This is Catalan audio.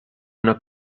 una